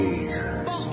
Jesus